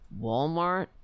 Walmart